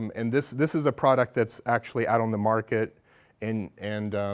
um and this this is a product that's actually out on the market and and,